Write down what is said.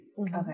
okay